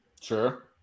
Sure